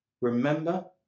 remember